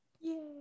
Yay